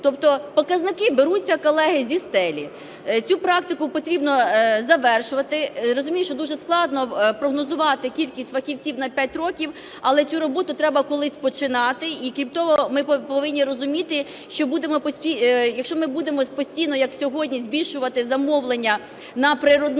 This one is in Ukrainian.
тобто показники беруться, колеги, зі стелі. Цю практику потрібно завершувати. Я розумію, що дуже складно прогнозувати кількість фахівців на п'ять років, але цю роботу треба колись починати. І крім того ми повинні розуміти, якщо ми будемо постійно, як сьогодні, збільшувати замовлення на природничі,